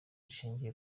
zishingiye